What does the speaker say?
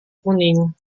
kuning